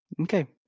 Okay